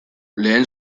lehen